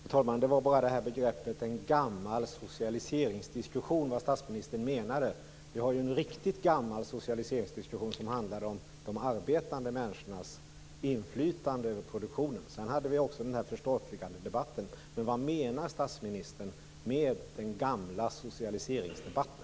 Fru talman! Jag undrar bara vad statsministern menade med begreppet "gammal socialiseringsdiskussion". Vi har en riktigt gammal socialiseringsdiskussion som handlar om de arbetande människornas inflytande över produktionen. Dessutom hade vi förstatligandedebatten. Vad menar statsministern med den gamla socialiseringsdebatten?